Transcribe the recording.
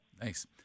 Thanks